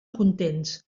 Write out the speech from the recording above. contents